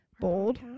Bold